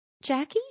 Jackie